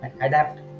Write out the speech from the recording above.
adapt